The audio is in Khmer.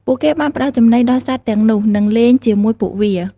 ពួកគេបានផ្តល់ចំណីដល់សត្វទាំងនោះ និងលេងជាមួយពួកវា។